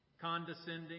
condescending